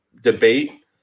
debate